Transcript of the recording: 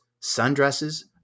sundresses